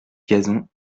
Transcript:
gazon